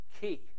key